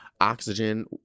Oxygen